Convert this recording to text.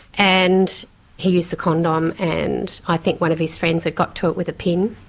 and he used a condom and i think one of his friends had got to it with a pin